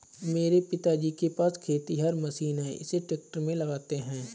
मेरे पिताजी के पास खेतिहर मशीन है इसे ट्रैक्टर में लगाते है